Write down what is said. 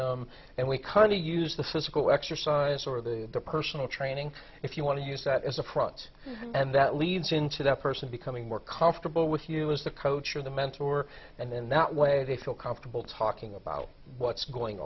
them and we come to use the physical exercise or the personal training if you want to use that as a front and that leads into that person becoming more comfortable with you as the coach or the mentor and then that way they feel comfortable talking about what's going